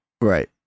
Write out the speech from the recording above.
Right